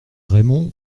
raymond